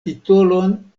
titolon